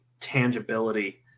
tangibility